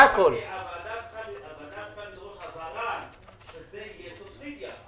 הוועדה צריכה לדרוש הבהרה שזה יהיה סובסידיה,